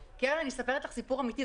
קרן, אני מספרת לך סיפור אמיתי.